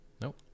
Nope